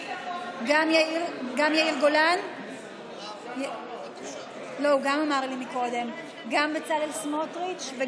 גם יאיר גולן וגם חבר הכנסת בצלאל סמוטריץ'.